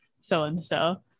so-and-so